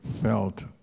felt